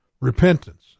Repentance